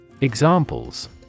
Examples